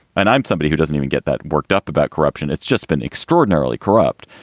and i'm somebody who doesn't even get that worked up about corruption. it's just been extraordinarily corrupt.